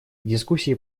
дискуссии